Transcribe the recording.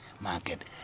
market